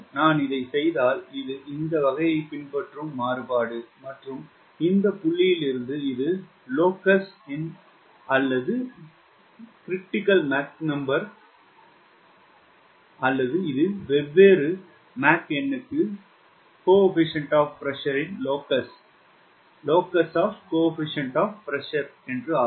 நான் இதைச் செய்தால் இது இந்த வகையைப் பின்பற்றும் மாறுபாடு மற்றும் இந்த புள்ளியில் இருந்து இது லொக்ஸ் இன் Mcritical அல்லது இது வெவ்வேறு மாக் எண்ணுக்கு Cp இன் லோகஸ் ஆகும்